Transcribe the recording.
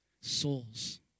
Souls